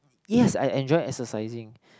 yes I enjoy exercising